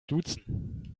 duzen